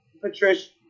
Patricia